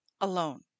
alone